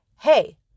Hey